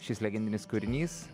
šis legendinis kūrinys